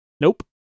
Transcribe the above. nope